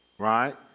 Right